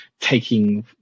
taking